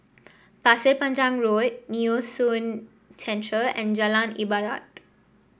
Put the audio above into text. Pasir Panjang Road Nee Soon Central and Jalan Ibadat